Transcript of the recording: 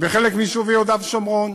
וחלק מיישובי יהודה ושומרון,